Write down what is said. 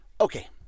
Okay